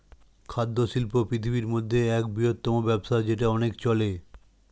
খাদ্য শিল্প পৃথিবীর মধ্যে এক বৃহত্তম ব্যবসা যেটা অনেক চলে